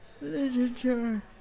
literature